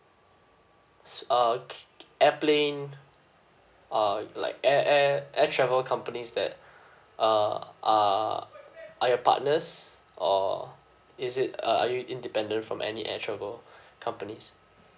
so uh airplane uh like air air air travel companies that uh are are your partners or is it uh you independent from any air travel companies